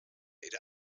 ihrer